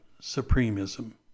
supremism